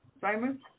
Simon